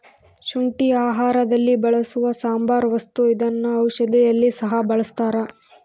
ಶುಂಠಿ ಆಹಾರದಲ್ಲಿ ಬಳಸುವ ಸಾಂಬಾರ ವಸ್ತು ಇದನ್ನ ಔಷಧಿಯಲ್ಲಿ ಸಹ ಬಳಸ್ತಾರ